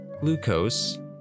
glucose